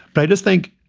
but i just think,